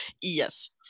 Yes